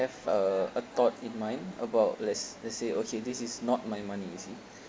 have a a thought in mind about let's let's say okay this is not my money you see